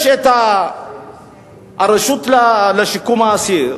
יש הרשות לשיקום האסיר,